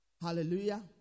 Hallelujah